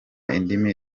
indimi